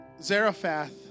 Zarephath